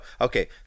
okay